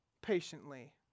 patiently